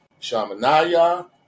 Shamanaya